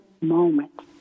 moment